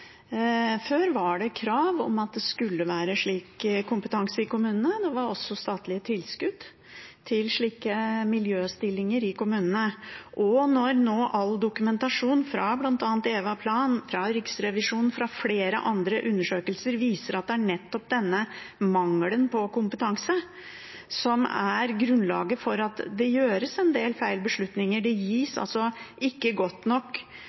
Før var det krav om at det skulle være slik kompetanse i kommunene, og det var også statlige tilskudd til slike miljøstillinger i kommunene. All dokumentasjon fra bl.a. EVAPLAN, fra Riksrevisjonen, fra flere andre undersøkelser viser at det er nettopp denne mangelen på kompetanse som er grunnlaget for at det gjøres en del feil beslutninger. Det gis altså ikke gode nok